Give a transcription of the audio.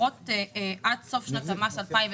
משפחות עד סוף שנת המס 2022?